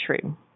true